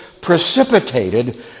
precipitated